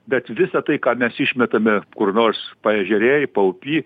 bet visa tai ką mes išmetame kur nors paežerėj paupy